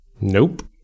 Nope